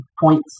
points